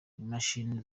imashini